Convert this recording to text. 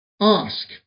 ask